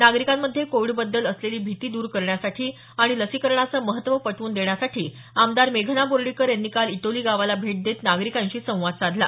नागरिकांमध्ये कोविडबद्दल असलेली भीती दूर करण्यासाठी आणि लसीकरणाचं महत्त्व पटवून देण्यासाठी आमदार मेघना बोर्डींकर यांनी काल ईटोली गावाला भेट देत नागरिकांशी संवाद साधला